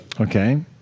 Okay